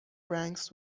ranks